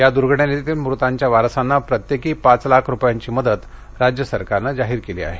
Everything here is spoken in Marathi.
या दुर्घटनेतील मृतांच्या वारसांना प्रत्येकी पाच लाख रुपयांची मदत राज्य सरकारनं जाहीर केली आहे